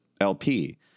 LP